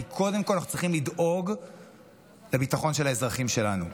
כי קודם כול אנחנו צריכים לדאוג לביטחון של האזרחים שלנו.